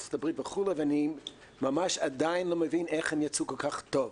ארצות הברית וכו' ואני ממש עדיין לא מבין איך הם יצאו כל כך טוב,